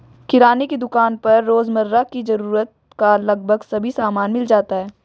किराने की दुकान पर रोजमर्रा की जरूरत का लगभग सभी सामान मिल जाता है